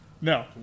No